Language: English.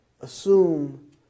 assume